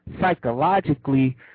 Psychologically